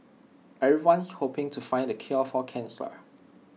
everyone's hoping to find the cure for cancer